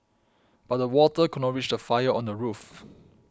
but the water could not reach the fire on the roof